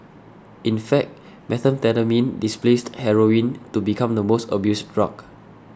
in fact methamphetamine displaced heroin to become the most abused drug